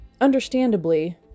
Understandably